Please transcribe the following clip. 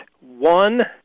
one